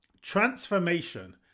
transformation